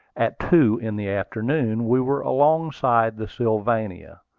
at two in the afternoon we were alongside the sylvania.